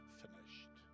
finished